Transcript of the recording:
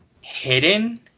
hidden